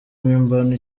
mpimbano